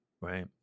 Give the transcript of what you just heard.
Right